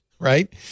Right